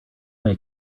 may